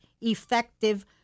effective